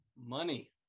money